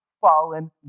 Fallen